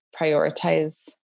prioritize